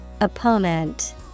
Opponent